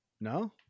No